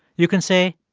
you can say,